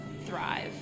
Thrive